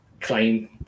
claim